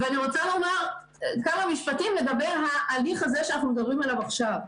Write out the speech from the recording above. אני רוצה לומר כמה משפטים לגבי ההליך שאנחנו מדברים עליו עכשיו.